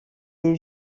est